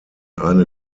eine